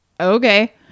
Okay